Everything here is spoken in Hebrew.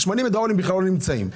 הם בכלל לא נמצאים.